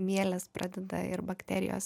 mielės pradeda ir bakterijos